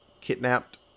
kidnapped